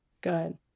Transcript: Good